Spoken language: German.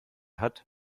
hat